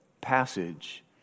passage